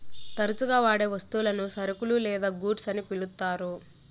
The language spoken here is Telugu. తరచుగా వాడే వస్తువులను సరుకులు లేదా గూడ్స్ అని పిలుత్తారు